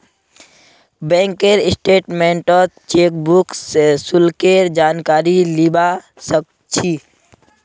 बैंकेर स्टेटमेन्टत चेकबुक शुल्केर जानकारी लीबा सक छी